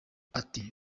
ati